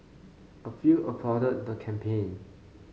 a few applauded the campaign